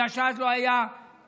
בגלל שאז לא היו חיסונים,